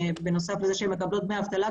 בנוסף לזה שהן מקבלות דמי אבטלה,